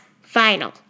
final